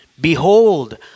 Behold